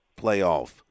playoff